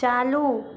चालू